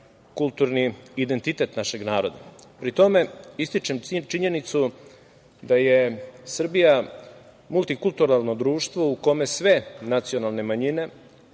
kulturni identitet našeg naroda. Pri tome ističem činjenicu da je Srbija multikulturalno društvo u kome sve nacionalne manjine